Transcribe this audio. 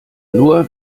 nur